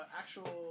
actual